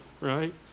right